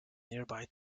nearby